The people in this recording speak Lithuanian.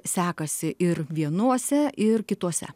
sekasi ir vienuose ir kituose